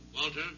Walter